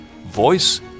voice